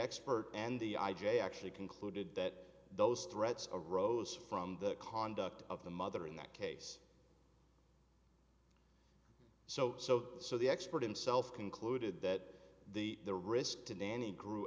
expert and the i j a actually concluded that those threats arose from the conduct of the mother in that case so so so the expert himself concluded that the the risk to danny grew